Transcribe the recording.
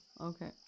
Okay